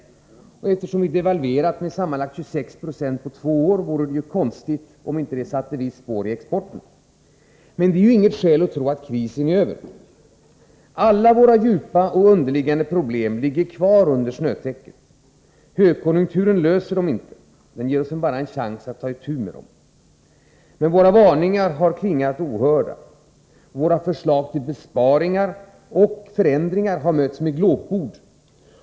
Vi har devalverat med sammanlagt 26 90 på två år, och det vore konstigt om inte det satt ett visst spår i exporten. Men det är inget skäl att tro att krisen är över. Alla våra djupa och underliggande problem ligger kvar under snötäcket. Högkonjunkturen löser dem inte — den ger oss bara en chans att ta itu med dem. Men våra varningar har förklingat ohörda. Våra förslag till besparingar och förändringar har mötts med glåpord.